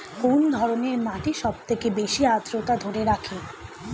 কোন ধরনের মাটি সবথেকে বেশি আদ্রতা ধরে রাখে?